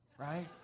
right